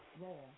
role